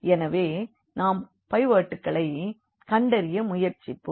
எனவே நாம் பைவோட்களை கண்டறிய முயற்சிப்போம்